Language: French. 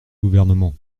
gouvernement